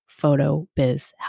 PHOTOBIZHELP